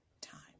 time